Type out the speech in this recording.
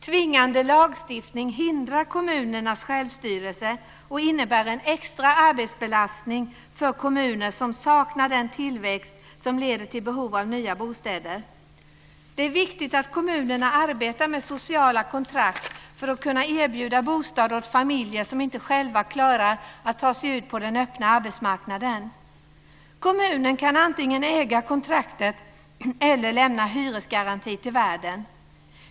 Tvingande lagstiftning hindrar kommunernas självstyrelse och innebär en extra arbetsbelastning för kommuner som saknar den tillväxt som leder till behov av nya bostäder. Det är viktigt att kommunerna arbetar med sociala kontrakt för att kunna erbjuda bostäder åt familjer som inte själva klarar att ta sig ut på den öppna bostadsmarknaden. Kommunen kan antingen äga kontraktet eller lämna hyresgaranti till värden.